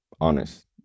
honest